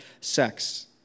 sex